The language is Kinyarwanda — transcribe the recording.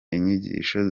inyigisho